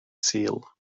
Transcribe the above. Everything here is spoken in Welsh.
sul